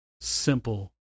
simple